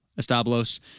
Establos